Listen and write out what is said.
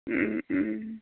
ও ও ও